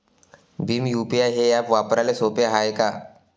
Bhim UPI हे app वापराले सोपे हाय का?